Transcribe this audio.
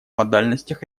модальностях